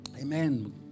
Amen